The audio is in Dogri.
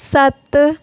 सत्त